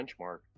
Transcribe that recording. benchmark